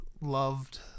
loved